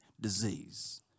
disease